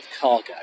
cargo